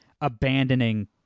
abandoning